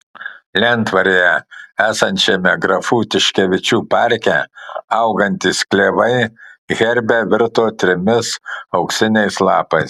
lentvaryje esančiame grafų tiškevičių parke augantys klevai herbe virto trimis auksiniais lapais